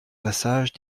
passage